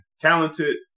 talented